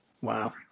wow